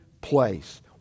place